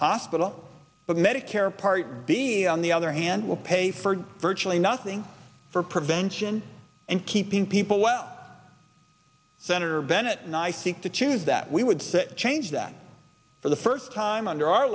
hospital medicare part b on the other hand will pay for virtually nothing for prevention and keeping people well senator bennett and i think to choose that we would say change that for the first time under our